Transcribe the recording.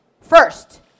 first